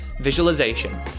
visualization